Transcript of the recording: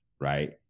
Right